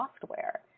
software